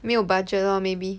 没有 budget lor maybe